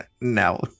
No